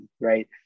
right